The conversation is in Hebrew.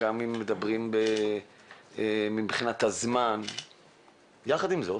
גם אם מדברים מבחינת הזמן ויחד עם זאת